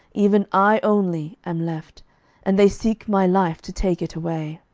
even i only, am left and they seek my life, to take it away.